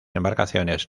embarcaciones